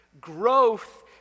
Growth